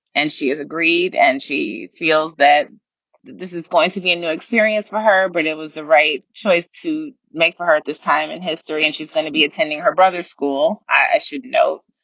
and she has agreed and she feels that this is going to be a new experience for her, but it was the right choice to make her her at this time in history. and she's going to be attending her brother's school, i should note.